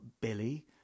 Billy